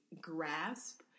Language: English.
grasp